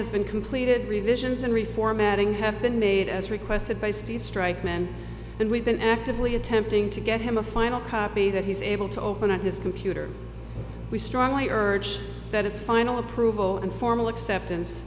has been completed revisions and reformatting have been made as requested by steve strike men and we've been actively attempting to get him a final copy that he's able to open on his computer we strongly urged that it's final approval and formal acceptance